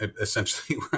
essentially